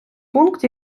пункт